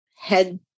head